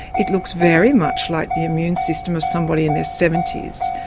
it looks very much like the immune system of somebody in their seventy s.